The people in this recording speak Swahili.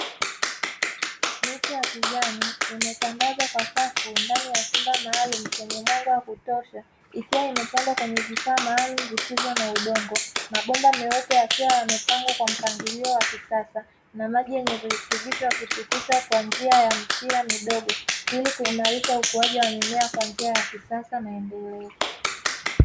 Mimea ya kijani imetandazwa kwa safu ndani ya chumba maalum chenye mwanga wa kutosha, ikiwa imepandwa kwenye kifaa maalum kisicho na udongo. Mabomba myeusi yakiwa yamepangwa kwa mpangilio wa kisasa, na maji yenye virutubisho yakipitishwa kwa njia ya mipira midogo ili kuimarisha ukuaji wa mimea kwa njia ya kisasa na endelevu.